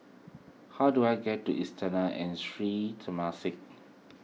how do I get to Istana and Sri Temasek